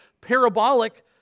parabolic